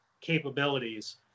capabilities